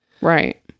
Right